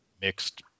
mixed